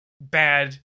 bad